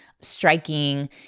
striking